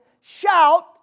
Shout